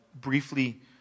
briefly